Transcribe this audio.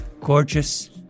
Gorgeous